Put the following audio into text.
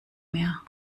mehr